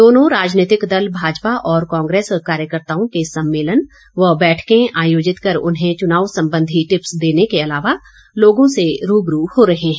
दोनों राजनीतिक दल भाजपा और कांग्रेस कार्यकर्ताओं के सम्मेलन व बैठकें आयोजित कर उन्हें चुनाव संबंधी टिप्स देने के अलावा लोगों से रूबरू हो रहे हैं